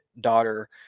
daughter